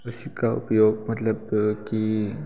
इसका उपयोग मतलब कि